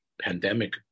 pandemic